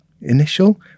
initial